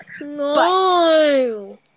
No